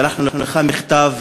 שלחנו לך מכתב,